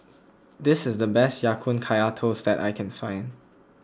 this is the best Ya Kun Kaya Toast that I can find